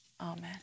amen